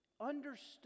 understood